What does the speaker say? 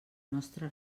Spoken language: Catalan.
nostra